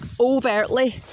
overtly